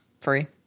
free